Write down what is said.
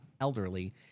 elderly